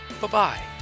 Bye-bye